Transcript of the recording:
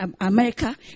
America